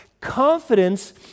Confidence